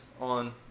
on